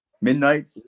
Midnight